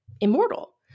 immortal